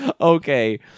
okay